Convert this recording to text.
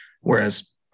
Whereas